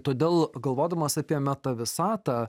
todėl galvodamas apie meta visatą